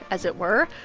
as it were,